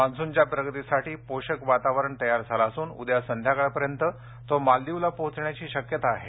मान्सूनच्या प्रगतीसाठी पोषक वातावरण तयार झालं असून उद्या संद्याकाळपर्यंत तो मालदिवला पोहोचण्याची शक्यता आहे